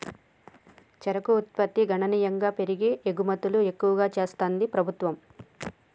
చెరుకు ఉత్పత్తి గణనీయంగా పెరిగి ఎగుమతులు ఎక్కువ చెస్తాంది ప్రభుత్వం